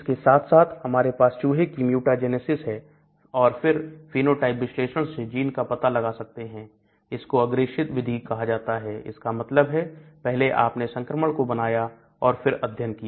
इसके साथ साथ हमारे पास चूहे की mutagenesis है और फिर फेनोटाइप विश्लेषण से जीन का पता लगा सकते हैं इसको अग्रेषित विधि कहा जाता है इसका मतलब है पहले आपने संक्रमण को बनाया और फिर अध्ययन किया